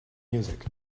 music